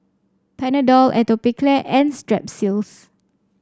Panadol Atopiclair and Strepsils